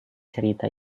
cerita